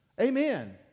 Amen